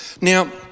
Now